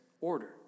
order